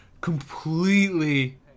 completely